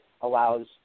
allows